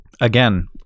again